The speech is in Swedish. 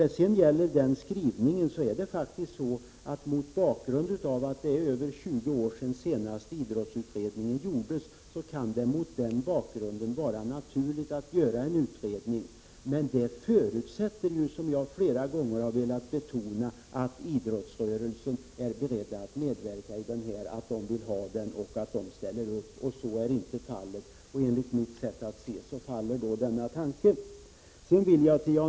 När det gäller skrivningen vill jag påpeka att mot bakgrund av att det är över 20 år sedan idrottsutredningen gjordes kan det vara naturligt att göra en ny utredning. Men detta förutsätter, som jag flera gånger har velat betona, att idrottsrörelsen är beredd att medverka i utredningen, att de vill ha den och att de ställer upp för den. Så är inte fallet.